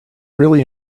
really